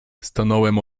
stanąłem